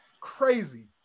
Crazy